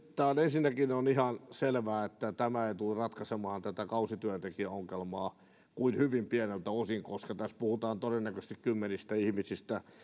ensinnäkin on ihan selvää että tämä ei tule ratkaisemaan kausityöntekijäongelmaa kuin hyvin pieneltä osin koska tässä puhutaan todennäköisesti kymmenistä ihmisistä